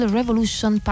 Revolution